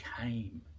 came